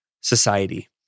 society